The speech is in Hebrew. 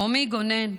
רומי גונן,